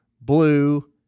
blue